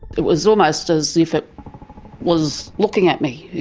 it was almost as if it was looking at me,